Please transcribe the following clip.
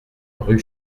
rue